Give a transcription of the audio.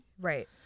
Right